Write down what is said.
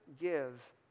give